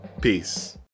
Peace